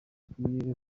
dukwiye